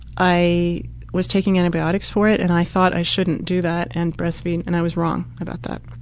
i was taking antibiotics for it and i thought i shouldn't do that and breastfeed, and i was wrong about that.